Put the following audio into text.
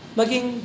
maging